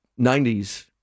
90s